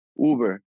Uber